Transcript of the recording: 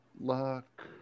luck